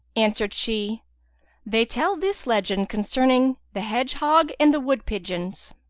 answered she they tell this legend concerning the hedgehog and the wood-pigeons